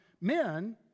men